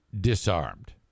disarmed